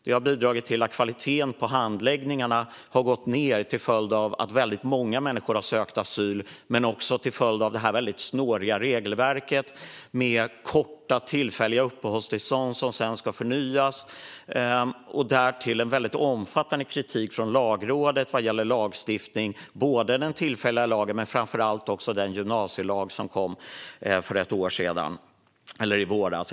Det har bidragit till att kvaliteten på handläggningarna har gått ned, till följd av att väldigt många människor har sökt asyl men också till följd av det snåriga regelverket med korta tillfälliga uppehållstillstånd som sedan ska förnyas. Därtill har Lagrådet riktat omfattande kritik vad gäller lagstiftning i fråga om både den tillfälliga lagen och - framför allt - den gymnasielag som kom i våras.